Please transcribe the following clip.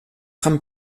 grand